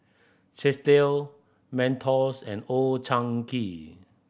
Chesdale Mentos and Old Chang Kee